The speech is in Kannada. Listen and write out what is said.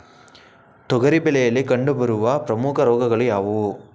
ತೊಗರಿ ಬೆಳೆಯಲ್ಲಿ ಕಂಡುಬರುವ ಪ್ರಮುಖ ರೋಗಗಳು ಯಾವುವು?